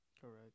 correct